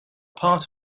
part